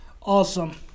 Awesome